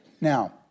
Now